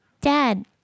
Dad